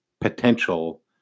potential